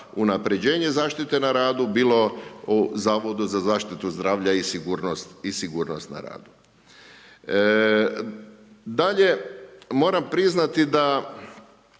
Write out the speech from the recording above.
unapređenje zaštite na radu, bilo u Zavodu za zaštitu zdravlja i sigurnost na radu. Dalje, moram priznati da